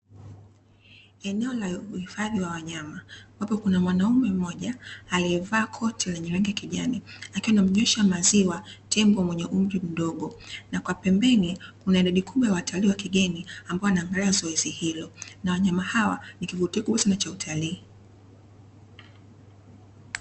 Eneo la uhifadhi wa wanyama, ambapo kuna mwanaume mmoja aliyevaa koti lenye rangi kijani, akiwa anamnywesha maziwa tembo mwenye umri mdogo. Na kwa pembeni kuna idadi kubwa ya watalii wa kigeni ambao wanaangalia zoezi hilo. Na wanyama hawa ni kivutio kikubwa sana cha utalii.